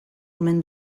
omen